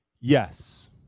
Yes